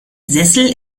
sessel